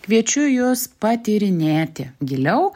kviečiu jus patyrinėti giliau